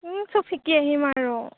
চব শিকি আহিম আৰু